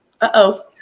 uh-oh